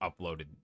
uploaded